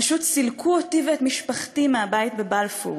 פשוט סילקו אותי ואת משפחתי מהבית בבלפור.